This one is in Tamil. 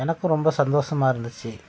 எனக்கும் ரொம்ப சந்தோசமாக இருந்திச்சு